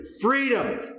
freedom